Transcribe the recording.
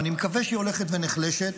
אני מקווה שהיא הולכת ונחלשת,